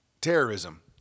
terrorism